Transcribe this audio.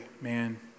man